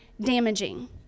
damaging